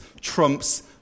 trumps